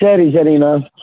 சரி சரிங்கண்ணா